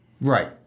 Right